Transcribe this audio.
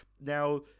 Now